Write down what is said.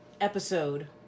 Episode